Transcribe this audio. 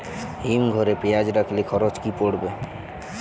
হিম ঘরে পেঁয়াজ রাখলে খরচ কি পড়বে?